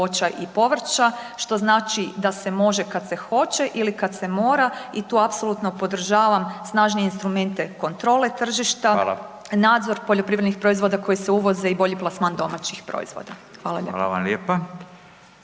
Hvala vam lijepa.